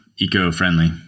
eco-friendly